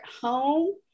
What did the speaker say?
home